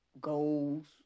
goals